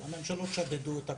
הממשלות שדדו את הקרנות.